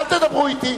אל תדברו אתי.